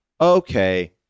okay